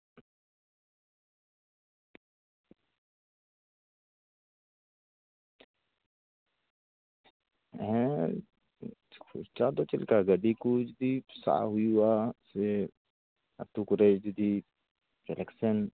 ᱦᱮᱸ ᱠᱷᱚᱨᱪᱟ ᱫᱚ ᱪᱮᱫᱞᱮᱠᱟ ᱜᱟᱹᱰᱤ ᱠᱚ ᱡᱩᱫᱤ ᱥᱟᱵ ᱦᱩᱭᱩᱜᱼᱟ ᱥᱮ ᱟᱹᱛᱩ ᱠᱚᱨᱮ ᱡᱩᱫᱤ ᱠᱟᱞᱮᱠᱥᱮᱱ